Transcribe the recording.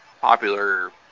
popular